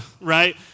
Right